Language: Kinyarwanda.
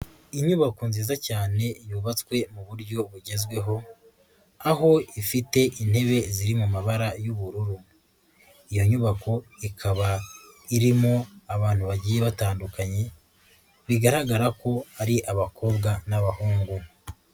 Inyubako nziza cyane yubatswe mu buryo bugezweho, aho ifite intebe ziri mu mabara y'ubururu, iyo nyubako ikaba irimo abantu bagiye batandukanye bigaragara ko ari abakobwa n'abahungu.